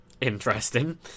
interesting